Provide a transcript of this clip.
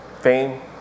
Fame